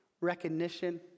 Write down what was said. recognition